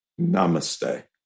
Namaste